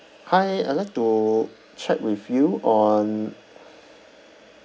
hi I'd like to chat with you on